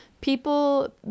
people